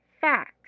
fact